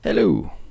Hello